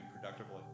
productively